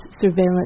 surveillance